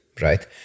right